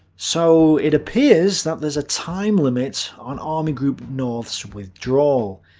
so it appears that there's a time limit on army group north's withdrawal.